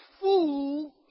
fool